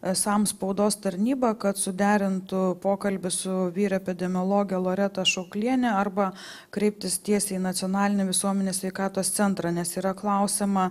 sam spaudos tarnybą kad suderintų pokalbį su vyr epidemiologe loreta ašokliene arba kreiptis tiesiai į nacionalinį visuomenės sveikatos centrą nes yra klausiama